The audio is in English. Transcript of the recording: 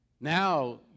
now